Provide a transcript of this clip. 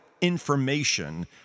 information